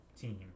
team